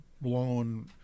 blown